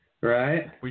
Right